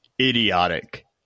idiotic